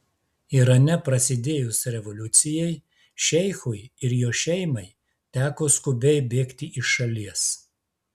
irane prasidėjus revoliucijai šeichui ir jo šeimai teko skubiai bėgti iš šalies